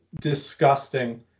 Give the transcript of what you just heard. disgusting